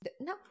no